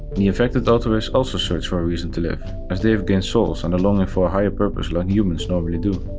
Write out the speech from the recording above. the infected autoreivs also search for a reason to live, as they have gained souls and longing for a higher purpose like humans normally do.